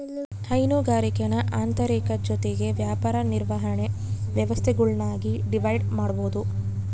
ಹೈನುಗಾರಿಕೇನ ಆಂತರಿಕ ಜೊತಿಗೆ ವ್ಯಾಪಕ ನಿರ್ವಹಣೆ ವ್ಯವಸ್ಥೆಗುಳ್ನಾಗಿ ಡಿವೈಡ್ ಮಾಡ್ಬೋದು